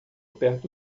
perto